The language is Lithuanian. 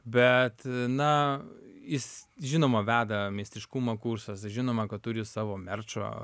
bet na jis žinoma veda meistriškumo kursas žinoma kad turiu savo merčo